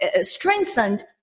strengthened